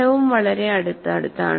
ഫലവും വളരെ അടുത്താണ്